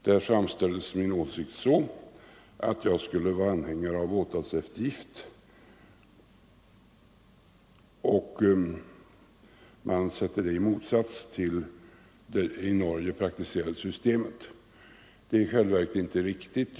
Där framställs min åsikt så, att jag skulle vara anhängare till åtalseftergift, och man sätter det i motsats till det i Norge praktiserade systemet. Detta är i själva verket inte riktigt.